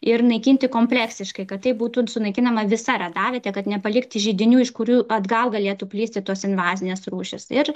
ir naikinti kompleksiškai kad tai būtų sunaikinama visa radavietė kad nepalikti židinių iš kurių atgal galėtų plisti tos invazinės rūšys ir